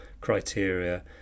criteria